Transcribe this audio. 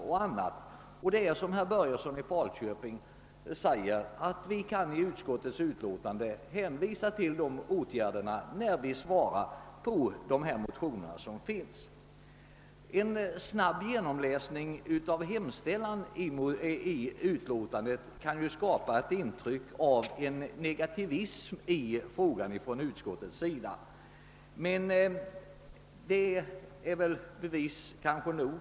Vi kan, som herr Börjesson i Falköping sade, i utskottsutlåtandet hänvisa till redan vidtagna åtgärder. En snabb genomläsning av utskottets hemställan kan skapa intrycket att utskottet visar en negativ inställning till frågan.